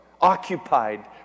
Occupied